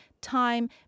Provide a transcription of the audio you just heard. time